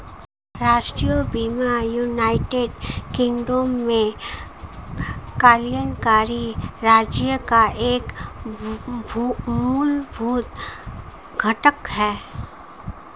राष्ट्रीय बीमा United Kingdom में कल्याणकारी राज्य का एक मूलभूत घटक है